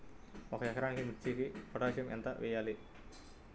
ఒక ఎకరా మిర్చీకి పొటాషియం ఎంత వెయ్యాలి?